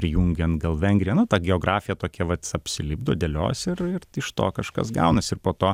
prijungiant gal vengriją na ta geografija tokia vat apsilipdo dėliojasi ir ir iš to kažkas gaunasi ir po to